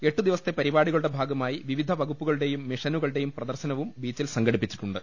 എട്ടു ദിവസത്തെ പരിപാടികളുടെ ഭാഗമായി വിവിധ വകുപ്പു കളുടെയും മിഷനുകളുടെയും പ്രദർശനവും ബീച്ചിൽ സംഘടി പ്പിച്ചിട്ടുണ്ട്